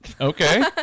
Okay